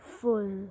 full